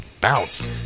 Bounce